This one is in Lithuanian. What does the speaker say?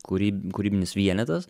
kūryb kūrybinis vienetas